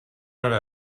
hora